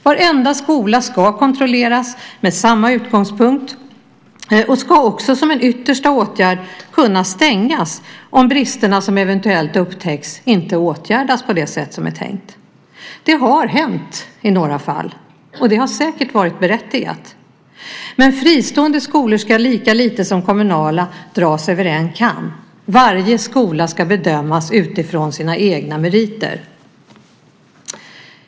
Varenda skola ska kontrolleras med samma utgångspunkt och ska också som en yttersta åtgärd kunna stängas om de brister som eventuellt upptäcks inte åtgärdas på det sätt som är tänkt. Det har hänt i några fall, och det har säkert varit berättigat. Men fristående skolor ska lika lite som kommunala dras över en kam. Varje skola ska bedömas utifrån sina egna meriter.